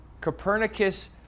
Copernicus